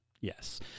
Yes